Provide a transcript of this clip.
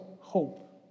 hope